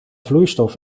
vloeistof